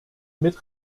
mit